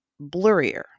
blurrier